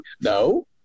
no